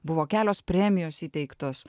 buvo kelios premijos įteiktos